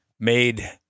made